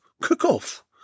cook-off